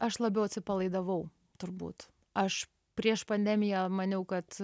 aš labiau atsipalaidavau turbūt aš prieš pandemiją maniau kad